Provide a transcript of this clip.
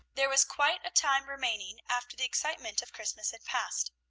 there was quite a time remaining after the excitement of christmas had passed.